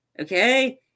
Okay